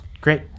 Great